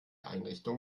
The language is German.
einrichtung